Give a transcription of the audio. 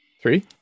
Three